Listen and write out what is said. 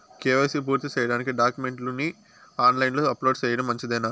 KYC పూర్తి సేయడానికి డాక్యుమెంట్లు ని ఆన్ లైను లో అప్లోడ్ సేయడం మంచిదేనా?